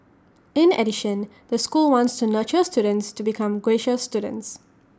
in addition the school wants to nurture students to become gracious students